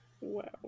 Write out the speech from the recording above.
Wow